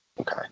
Okay